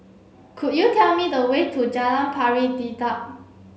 could you tell me the way to Jalan Pari Dedap